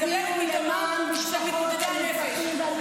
תצביעו למען משפחות הנרצחים והנרצחות.